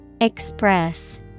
Express